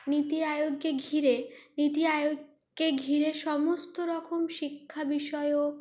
নীতি আয়োগকে ঘিরে নীতি আয়োগকে ঘিরে সমস্ত রকম শিক্ষা বিষয়ক